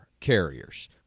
carriers